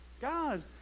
God